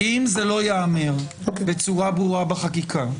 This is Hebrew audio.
אם זה לא ייאמר בצורה ברורה בחקיקה,